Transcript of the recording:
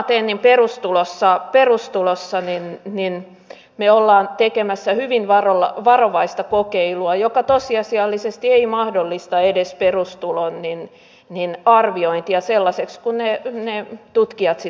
samaten perustulossa me olemme tekemässä hyvin varovaista kokeilua joka tosiasiallisesti ei mahdollista edes perustulon arviointia sellaisena kuin ne tutkijat sitä toivoisivat